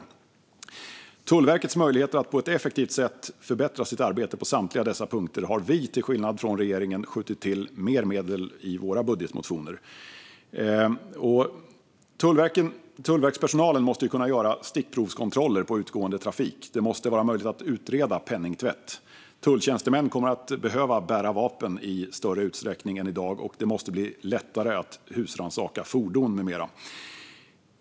För att stärka Tullverkets möjligheter att på ett effektivt sätt förbättra sitt arbete på samtliga dessa punkter har vi skjutit till mer medel i våra budgetmotioner jämfört med regeringens budgetpropositioner. Tullverkspersonalen måste kunna göra stickprovskontroller på utgående trafik. Det måste vara möjligt att utreda penningtvätt. Tulltjänstemän kommer att behöva bära vapen i högre utsträckning än i dag, och det måste bli lättare att göra husrannsakan i fordon med mera.